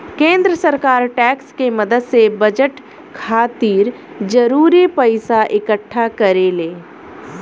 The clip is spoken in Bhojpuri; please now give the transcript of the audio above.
केंद्र सरकार टैक्स के मदद से बजट खातिर जरूरी पइसा इक्कठा करेले